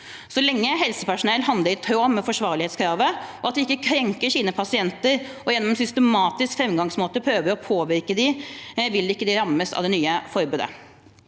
Så lenge helsepersonell handler i tråd med forsvarlighetskravet og at de ikke krenker sine pasienter og gjennom systematisk framgangsmåte prøve å påvirke dem, vil de ikke rammes av det nye forbudet.